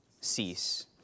cease